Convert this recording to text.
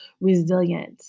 resilient